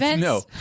No